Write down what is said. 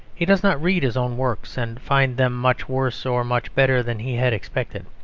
he does not read his own works and find them much worse or much better than he had expected.